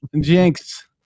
Jinx